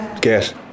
get